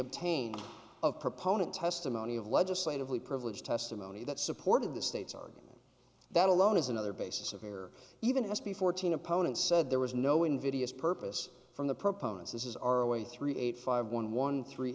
obtained of proponent testimony of legislatively privileged testimony that supported the state's argument that alone is another basis of fear even s b fourteen opponents said there was no invidious purpose from the proponents this is our way three eight five one one three